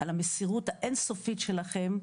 על המסירות האין סופית שלכם,